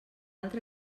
altra